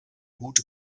gute